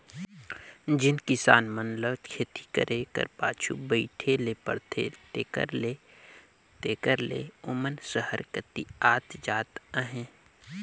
जेन किसान मन ल खेती करे कर पाछू बइठे ले परथे तेकर ले तेकर ले ओमन सहर कती आत जात अहें